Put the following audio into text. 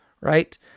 right